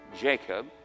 Jacob